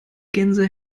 gänse